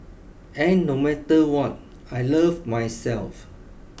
and no matter what I love myself